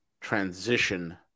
transition